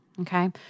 okay